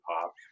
pop